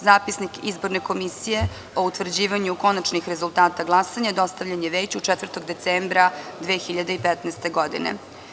Zapisnik izborne komisije o utvrđivanju konačnih rezultata glasanja dostavljen je Veću 4. decembra 2015. godine.